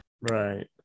Right